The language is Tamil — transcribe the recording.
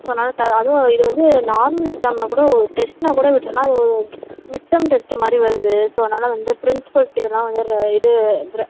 ஸோ அதனால த அதுவும் இது வந்து நார்மல் எக்ஸாம்ன்னா கூட ஒரு டெஸ்ட்ன்னா கூட விட்டுறலாம் இது ஒரு மிட்டர்ம் டெஸ்ட்டு மாதிரி வருது ஸோ அதனால் வந்து ப்ரின்ஸ்பல் கிட்டலாம் இது இது